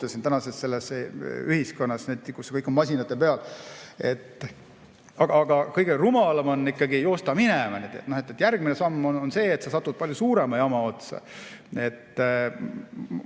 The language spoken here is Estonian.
tänases ühiskonnas, kus kõik on masinate peal. Aga kõige rumalam on joosta minema. Järgmine samm on see, et sa satud palju suurema jama otsa.